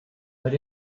but